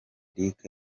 eric